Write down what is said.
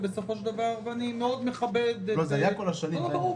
ואני מאוד מכבד את העניין.